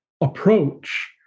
approach